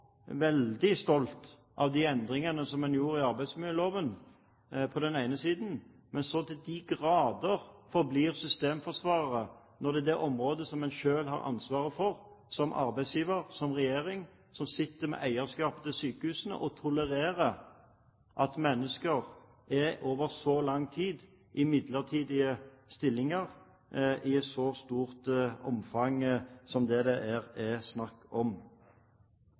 veldig stolt av de endringene som man gjorde i arbeidsmiljøloven, mens man på den annen side forblir så til de grader systemforsvarere når det gjelder det området som man selv har ansvaret for, som arbeidsgiver, som regjering – man er den som sitter med eierskapet til sykehusene og tolererer at mennesker er i midlertidige stillinger i et så stort omfang, over så lang tid som det her er snakk om.